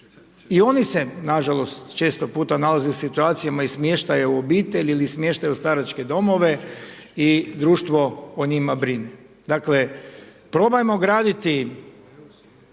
I oni se nažalost često puta nalaze u situacijama i smještaja u obitelji ili smještaja u staračke domove i društvo o njima brine. Dakle, probajmo graditi